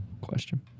question